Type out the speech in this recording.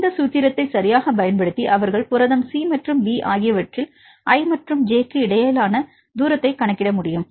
இந்த சூத்திரத்தை சரியாகப் பயன்படுத்தி அவர்கள் புரதம் சி மற்றும் பி ஆகியவற்றில் i மற்றும் j க்கு இடையிலான தூரத்தைக் கணக்கிட முடியும்